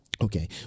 Okay